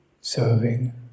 serving